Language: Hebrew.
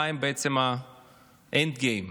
מהו בעצם ה-end game?